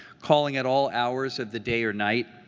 calling at all hours of the day or night,